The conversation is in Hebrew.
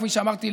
כפי שאמרתי,